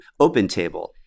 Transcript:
OpenTable